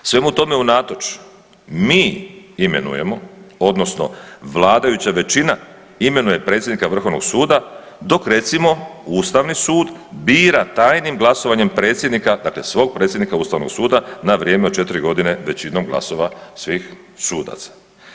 Svemu tome unatoč mi imenujemo, odnosno vladajuća većina imenuje predsjednika Vrhovnog suda, dok recimo, Ustavni sud bira tajnim glasovanjem predsjednika, dakle svog predsjednika Ustavnog suda na vrijeme od 4 godine većinom glasova svih sudaca.